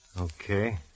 Okay